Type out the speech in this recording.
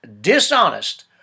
dishonest